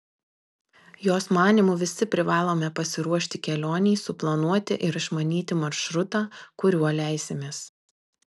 jos manymu visi privalome pasiruošti kelionei suplanuoti ir išmanyti maršrutą kuriuo leisimės